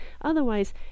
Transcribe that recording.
otherwise